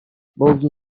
boogie